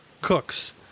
cooks